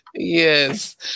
Yes